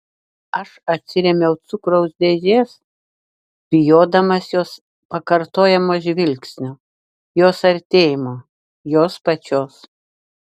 aš atsirėmiau cukraus dėžės bijodamas jos pakartojamo žvilgsnio jos artėjimo jos pačios